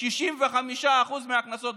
65% מהקנסות,